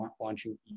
launching